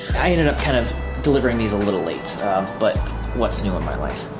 i ended up kind of delivering these a little late but what's new in my life?